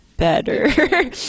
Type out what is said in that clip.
Better